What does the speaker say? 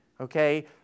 okay